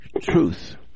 truth